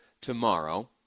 tomorrow